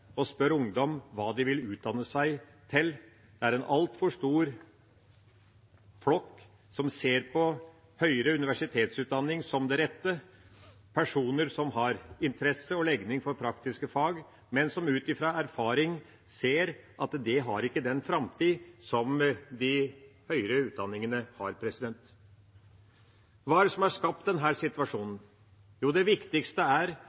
spør ungdom hva de vil utdanne seg til. Det er en altfor stor flokk som ser på høyere universitetsutdanning som det rette – personer som har interesse og legning for praktiske fag, men som ut fra erfaring ser at det ikke har den framtid som de høyere utdanningene har. Hva er det som har skapt denne situasjonen? Jo, det viktigste er